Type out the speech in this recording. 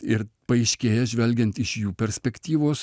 ir paaiškėja žvelgiant iš jų perspektyvos